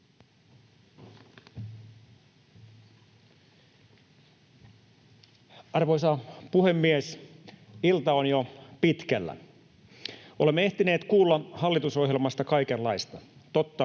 Arvoisa puhemies! Ilta on jo pitkällä. Olemme ehtineet kuulla hallitusohjelmasta kaikenlaista, totta